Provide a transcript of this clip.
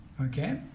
okay